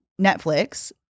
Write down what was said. Netflix